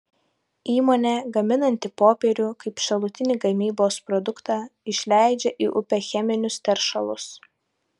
įmonė gaminanti popierių kaip šalutinį gamybos produktą išleidžia į upę cheminius teršalus